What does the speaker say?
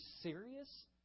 serious